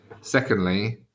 Secondly